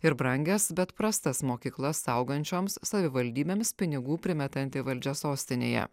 ir brangias bet prastas mokyklas saugančioms savivaldybėms pinigų primetanti valdžia sostinėje